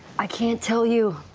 i can't tell you.